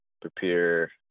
prepare